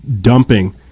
dumping